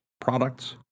products